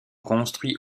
construits